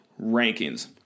rankings